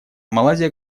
малайзия